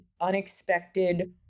unexpected